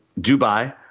Dubai